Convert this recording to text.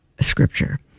scripture